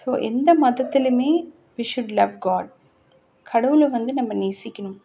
so எந்த மதத்திலேமே we should love God கடவுளை வந்து நம்ம நேசிக்கணும்